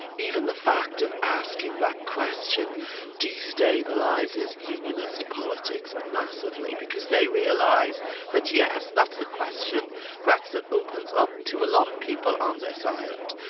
even the fact of asking that question destabilises unionist politics massively because they realise that yes, that's the question brexit opens up to a lot of people on this island,